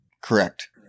correct